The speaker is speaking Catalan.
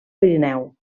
pirineu